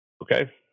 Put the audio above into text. Okay